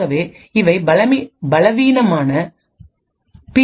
ஆகவே இவை பலவீனமான பி